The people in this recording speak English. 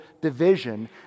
division